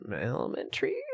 elementary